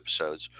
episodes